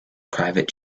private